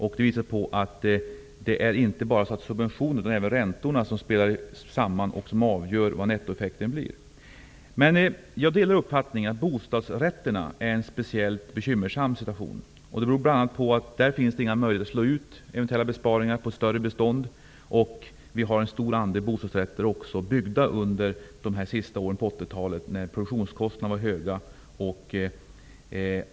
Det har visat sig så till vida att inte bara subventionerna utan även räntorna avgör vad nettoeffekten blir. Jag delar uppfattningen att bostadsrätterna befinner sig i en speciellt bekymmersam situation. Det beror på bl.a. att där inte finns möjligheter att slå ut eventuella besparingar på större bestånd. Dessutom byggdes en stor andel bostadsrätter under de sista åren på 1980-talet när produktionskostnaderna var höga.